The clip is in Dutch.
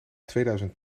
tweeduizend